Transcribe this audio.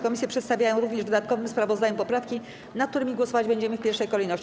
Komisje przedstawiają również w dodatkowym sprawozdaniu poprawki, nad którymi głosować będziemy w pierwszej kolejności.